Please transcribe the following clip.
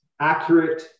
accurate